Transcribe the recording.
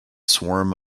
swarm